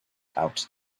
out